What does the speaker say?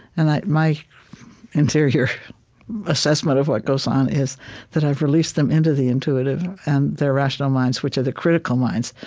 and my interior assessment of what goes on is that i've released them into the intuitive. and their rational minds, which are the critical minds,